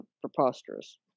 preposterous